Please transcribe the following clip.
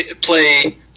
play